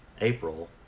April